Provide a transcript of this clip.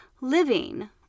living